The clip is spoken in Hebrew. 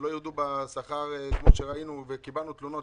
שלא ירדו בשכר כמו שקיבלנו תלונות,